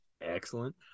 Excellent